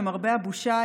למרבה הבושה,